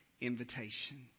invitation